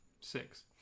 Six